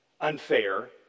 unfair